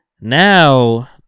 now